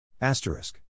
Asterisk